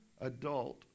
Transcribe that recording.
adult